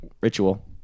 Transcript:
Ritual